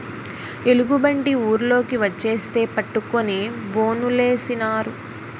ఎలుగుబంటి ఊర్లోకి వచ్చేస్తే పట్టుకొని బోనులేసినారు